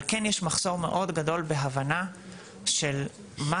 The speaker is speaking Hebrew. אבל כן יש מחסור מאוד גדול בהבנה של מה